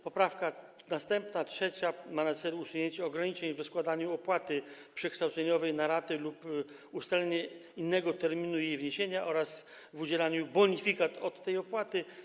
Poprawka następna, 3., ma na celu usunięcie ograniczeń w rozkładaniu opłaty przekształceniowej na raty - lub ustalenie innego terminu jej wniesienia - oraz w udzielaniu bonifikat od tej opłaty.